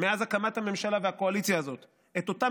מאז הקמת הממשלה והקואליציה הזאת את אותם